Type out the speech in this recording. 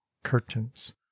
Curtains